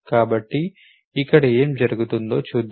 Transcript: కాబట్టి ఇక్కడ ఏమి జరుగుతుందో చూద్దాం